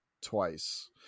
twice